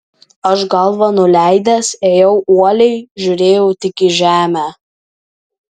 aš galvą nuleidęs ėjau uoliai žiūrėjau tik į žemę